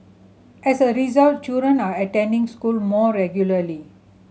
as a result children are attending school more regularly